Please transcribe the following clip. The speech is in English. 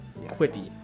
quippy